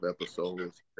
episodes